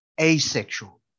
asexual